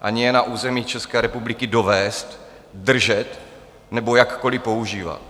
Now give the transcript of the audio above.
ani je na území České republiky dovézt, držet nebo jakkoli používat.